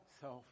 self